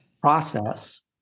process